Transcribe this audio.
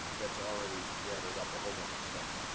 that's already gathered up a whole bunch of stuff,